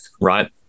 right